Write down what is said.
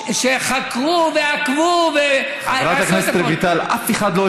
שחקרו, שחקרו את העניין הזה.